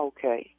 Okay